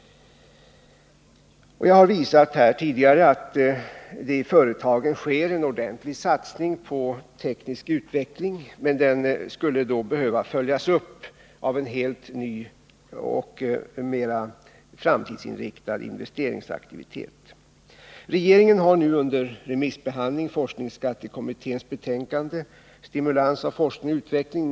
Jag har också tidigare visat att det i företagen sker en ordentlig satsning på teknisk utveckling, men den skulle behöva följas upp av en helt ny och mer framtidsinriktad investeringsaktivitet. Regeringen har under remissbehandling forskningsskattekommitténs betänkande Stimulans av forskning och utveckling.